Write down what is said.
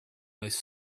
most